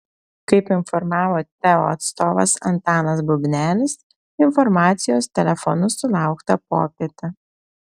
kaip informavo teo atstovas antanas bubnelis informacijos telefonu sulaukta popietę